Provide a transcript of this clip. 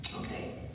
Okay